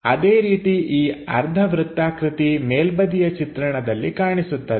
ಅದೇ ರೀತಿ ಈ ಅರ್ಧ ವೃತ್ತಾಕೃತಿ ಮೇಲ್ಬದಿಯ ಚಿತ್ರಣದಲ್ಲಿ ಕಾಣಿಸುತ್ತದೆ